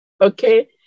Okay